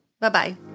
Bye-bye